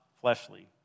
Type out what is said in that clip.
fleshly